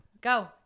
Go